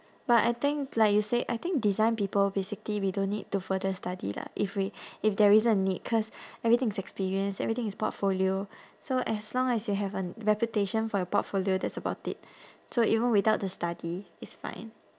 but I think like you said I think design people basically we don't need to further study lah if we if there isn't a need because everything is experience everything is portfolio so as long as you have a reputation for your portfolio that's about it so even without the study it's fine